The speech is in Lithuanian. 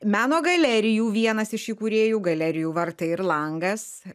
meno galerijų vienas iš įkūrėjų galerijų vartai ir langas